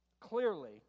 clearly